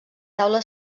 taula